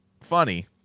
funny